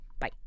bye